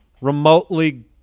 remotely